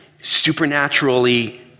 supernaturally